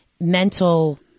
mental